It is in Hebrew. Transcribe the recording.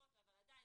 אבל עדיין,